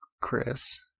Chris